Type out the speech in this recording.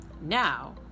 Now